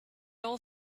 all